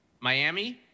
Miami